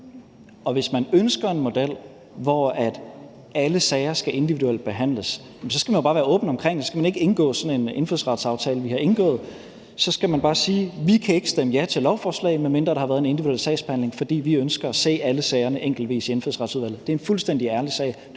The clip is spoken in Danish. og hvis man ønsker en model, hvor alle sager skal behandles individuelt, så skal man jo bare være åben omkring det, og så skal man ikke indgå sådan en indfødsretsaftale som den, vi har indgået. Så skal man bare sige: Vi kan ikke stemme ja til lovforslaget, medmindre der har været en individuel sagsbehandling, for vi ønsker at se alle sagerne enkeltvis i Indfødsretsudvalget. Det er en fuldstændig ærlig sag;